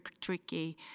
tricky